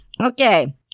Okay